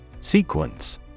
Sequence